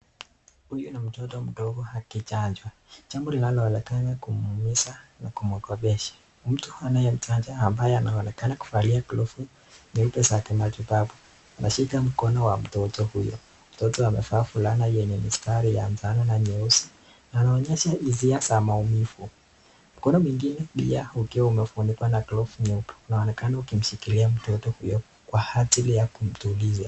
Huyu ni mtoto mdogo akichanjwa. Jambo linaloonekana kumuumiza na kumkosesha. Mtu anayemchanja ambaye anaonekana kuvalia glovu nyeupe za kimatibabu. Anashika mkono wa mtoto huyo. Mtoto amevaa fulana yenye mistari ya manjano na nyeusi na anaonyesha hisia za maumivu. Mkono mwingine pia ukiwa umefunikwa na glofu nyeupe unaonekana ukimshikilia mtoto huyo kwa ajili ya kumtuliza.